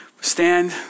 Stand